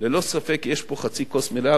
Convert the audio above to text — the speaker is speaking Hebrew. ללא ספק יש פה חצי כוס מלאה,